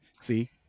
See